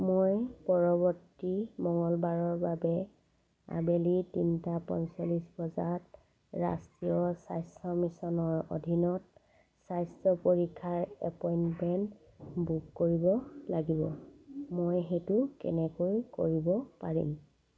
মই পৰৱৰ্তী মঙলবাৰৰ বাবে আবেলি তিনিটা পঞ্চলিছ বজাত ৰাষ্ট্ৰীয় স্বাস্থ্য মিছনৰ অধীনত স্বাস্থ্য পৰীক্ষাৰ এপইণ্টমেণ্ট বুক কৰিব লাগিব মই সেইটো কেনেকৈ কৰিব পাৰিম